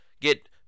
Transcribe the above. get